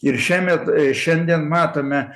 ir šiemet šiandien matome